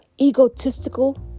egotistical